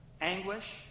Anguish